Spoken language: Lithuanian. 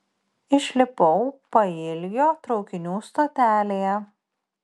išlipau pailgio traukinių stotelėje